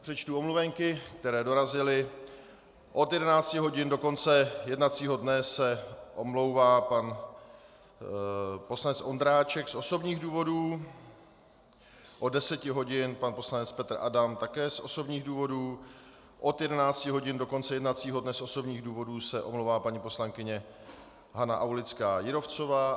Přečtu omluvenky, které dorazily: od 11 hodin do konce jednacího dne se omlouvá pan poslanec Ondráček z osobních důvodů, od 10 hodin pan poslanec Petr Adam také z osobních důvodů, od 11 hodin do konce jednacího dne z osobních důvodů se omlouvá paní poslankyně Hana Aulická Jírovcová.